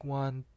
one